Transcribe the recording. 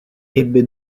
ebbe